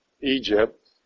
Egypt